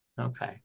okay